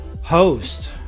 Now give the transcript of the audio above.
host